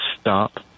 stop